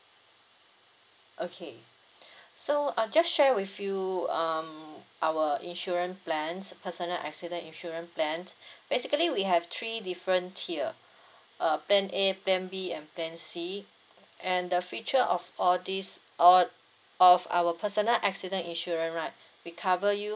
okay so I'll just share with you um our insurance plans personal accident insurance plan basically we have three different tier uh plan A plan B and plan C and the feature of all these all of our personal accident insurance right we cover you